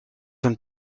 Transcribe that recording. een